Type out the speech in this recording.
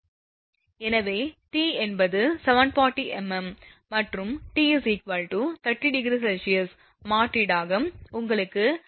எனவே t என்பது 740 mm மற்றும் t 30 °C மாற்றீடாக உங்களுக்கு δ 0